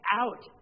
out